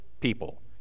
people